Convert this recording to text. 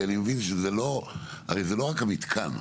אני מבין שזה לא רק המתקן.